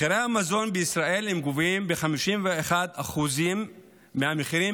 מחירי המזון בישראל גבוהים ב-51% מהמחירים